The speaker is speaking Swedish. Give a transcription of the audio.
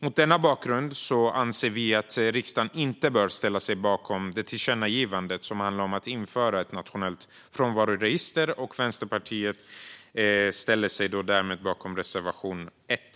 Mot denna bakgrund anser vi att riksdagen inte bör ställa sig bakom det tillkännagivande som handlar om att införa ett nationellt frånvaroregister. Vänsterpartiet ställer sig därmed bakom reservation 1.